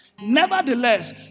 Nevertheless